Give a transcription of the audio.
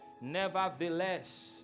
Nevertheless